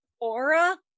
aura